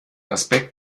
aspekt